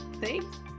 Thanks